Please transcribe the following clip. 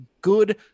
good